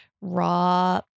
raw